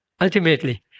ultimately